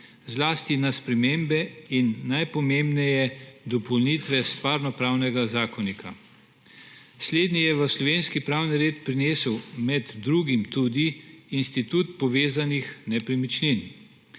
zlasti na spremembe in najpomembnejše dopolnitve Stvarnopravnega zakonika. Slednji je v slovenski pravni red prinesel med drugim tudi institut povezanih nepremičnin.